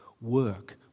work